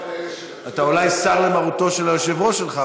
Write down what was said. אתה אולי סר למרותו של היושב-ראש שלך,